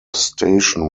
station